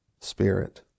Spirit